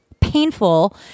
painful